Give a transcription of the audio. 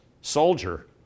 soldier